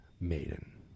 Maiden